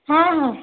ହଁ ହଁ